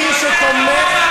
מי שתומך,